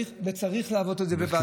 צריך להעלות את זה בוועדות,